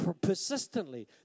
persistently